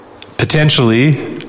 potentially